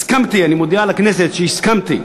הסכמתי, אני מודיע לכנסת, שהסכמתי